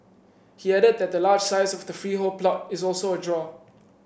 he added that the large size of the freehold plot is also a draw